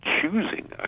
choosing